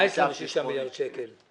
מה 26 מיליארד שקלים?